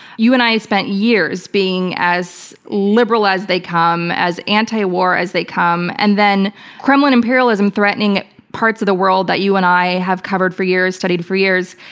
you and i spent years being as liberal as they come, as antiwar as they come, and then kremlin imperialism threatening parts of the world that you and i have covered for years, studied for years,